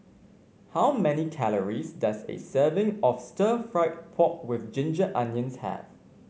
how many calories does a serving of Stir Fried Pork with Ginger Onions have